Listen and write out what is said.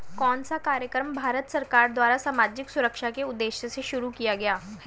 कौन सा कार्यक्रम भारत सरकार द्वारा सामाजिक सुरक्षा के उद्देश्य से शुरू किया गया है?